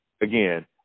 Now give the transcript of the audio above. again